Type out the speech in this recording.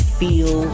feel